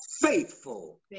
faithful